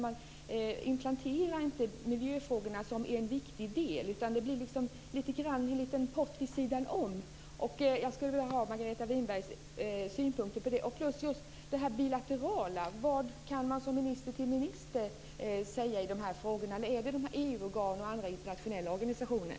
Man implementerar inte miljöfrågorna som en viktig del, utan det blir lite grann i en pott vid sidan om. Jag skulle vilja ha Margareta Winbergs synpunkter på det. När det gäller just det bilaterala, vad kan man säga som minister till minister i de här frågorna? Eller sker det i EU-organ och andra internationella organisationer?